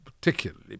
particularly